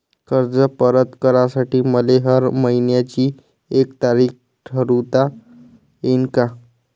कर्ज परत करासाठी मले हर मइन्याची एक तारीख ठरुता येईन का?